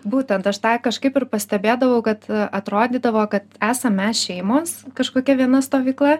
būtent aš tą kažkaip ir pastebėdavau kad atrodydavo kad esam mes šeimos kažkokia viena stovykla